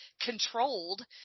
controlled